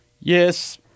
Yes